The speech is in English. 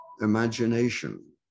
imagination